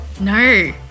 No